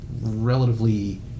relatively